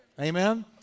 Amen